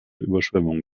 überschwemmung